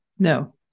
No